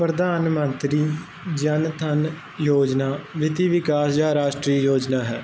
ਪ੍ਰਧਾਨ ਮੰਤਰੀ ਜਨ ਥਨ ਯੋਜਨਾ ਵਿੱਤੀ ਵਿਕਾਸ ਜਾਂ ਰਾਸ਼ਟਰੀ ਯੋਜਨਾ ਹੈ